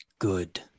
Good